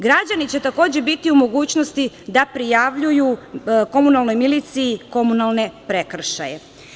Građani će takođe biti u mogućnosti da prijavljuju komunalnoj miliciji komunalne prekršaje.